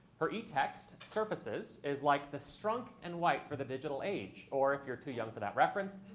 her etext, surfaces is like the strunk and white for the digital age. or if you're too young for that reference,